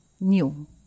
new